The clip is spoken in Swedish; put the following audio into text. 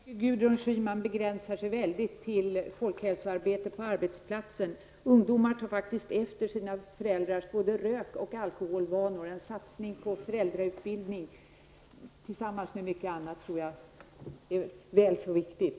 Herr talman! Jag tycker att Gudrun Schyman begränsar sig väldigt när hon talar om folkhälsoarbetet på arbetsplatser. Ungdomar tar faktiskt efter sina föräldrars rök och alkoholvanor. En satsning på föräldrautbildning och mycket annat tror jag är väl så viktigt.